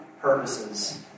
purposes